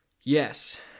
Yes